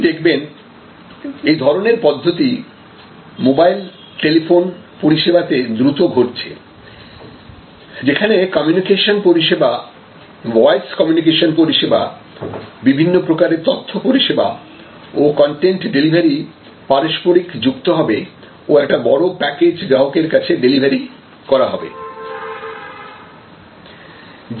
আপনি দেখবেন এই ধরনের পদ্ধতি মোবাইল টেলিফোন পরিষেবাতে দ্রুত ঘটছে যেখানে কমিউনিকেশন পরিষেবা ভয়েস কমিউনিকেশন পরিষেবা বিভিন্ন প্রকারের তথ্য পরিষেবা ও কনটেন্ট ডেলিভারি পারস্পরিক যুক্ত হবে ও একটি বড় প্যাকেজ গ্রাহকের কাছে ডেলিভারি করা হবে